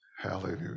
Hallelujah